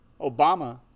Obama